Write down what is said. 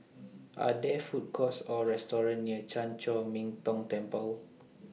Are There Food Courts Or Restaurant near Chan Chor Min Tong Temple